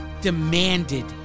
demanded